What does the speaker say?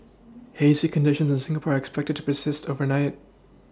hazy conditions in Singapore are expected to persist overnight